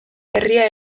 herria